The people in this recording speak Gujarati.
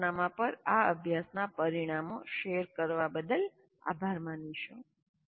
અમે આ સરનામાં પર આ અભ્યાસના પરિણામો શેર કરવા બદલ આભાર માનીશું